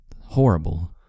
horrible